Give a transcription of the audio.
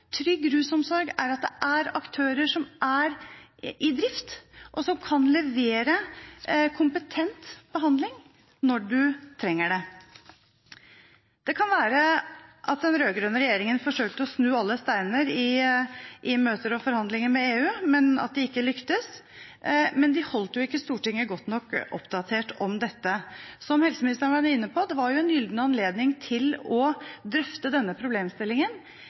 Trygg rusomsorg er at det er aktører som er i drift, og som kan levere kompetent behandling når noen trenger det. Det kan være at den rød-grønne regjeringen forsøkte å snu alle steiner i møter og forhandlinger med EU, men at de ikke lyktes. Men de holdt ikke Stortinget godt nok oppdatert om dette. Som helseministeren var inne på: Man hadde en gylden anledning til å drøfte denne problemstillingen